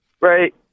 right